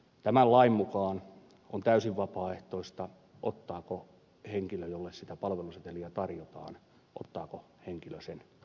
tämän lain mukaan on täysin vapaaehtoista ottaako henkilö jolle sitä palveluseteliä tarjotaan sen palvelusetelin vastaan